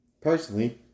personally